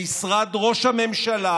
במשרד ראש הממשלה,